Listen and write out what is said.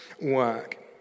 work